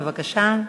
בבקשה.